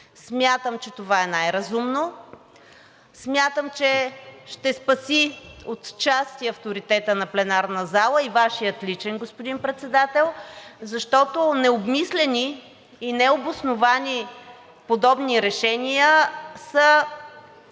Смятам, че това е най-разумно, смятам, че ще спаси отчасти авторитета на пленарната зала и Вашия личен, господин Председател, защото необмислени и необосновани подобни решения са